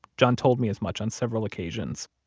john told me as much on several occasions.